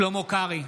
שלמה קרעי,